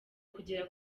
kugera